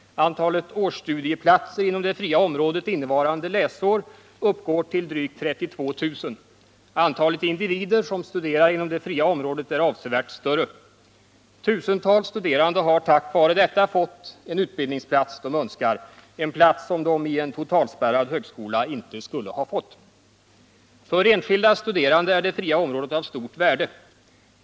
Antalet årsstudieplatser inom det fria området innevarande läsår uppgår till drygt 32 000. Antalet individer som studerar inom det fria området är avsevärt större. Tusentals studerande har tack vare detta fått den utbildningsplats de önskar, en plats som de vid en totalspärrad högskola inte skulle ha fått. För enskilda studerande är det fria området av stort värde.